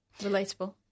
Relatable